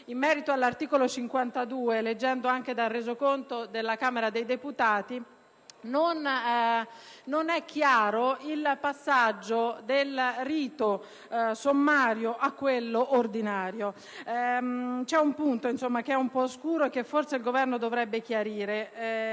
Camera. All'articolo 51, leggendo il Resoconto della Camera dei deputati, non è chiaro il passaggio dal rito sommario a quello ordinario. C'è un punto oscuro che forse il Governo dovrebbe chiarire,